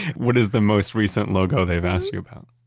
what is the most recent logo they've asked you about?